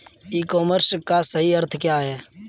ई commerce का सही अर्थ क्या है?